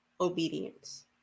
obedience